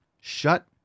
Shut